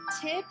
tips